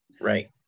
right